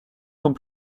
sont